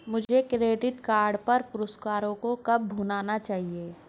मुझे credit card पर पुरस्कारों को कब भुनाना चाहिए?